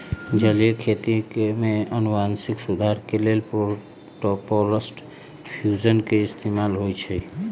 जलीय खेती में अनुवांशिक सुधार के लेल प्रोटॉपलस्ट फ्यूजन के इस्तेमाल होई छई